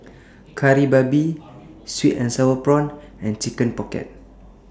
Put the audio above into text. Kari Babi Sweet and Sour Prawns and Chicken Pocket